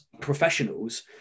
professionals